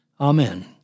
Amen